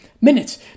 minutes